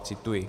Cituji.